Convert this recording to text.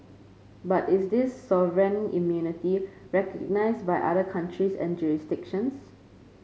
but is this sovereign immunity recognised by other countries and jurisdictions